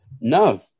No